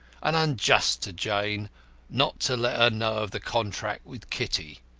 and unjust to jane not to let her know of the contract with kitty.